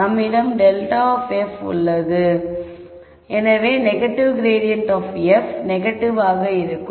நம்மிடம் ∇ of f உள்ளது எனவே negative gradient of f negative ஆக இருக்கும்